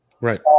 Right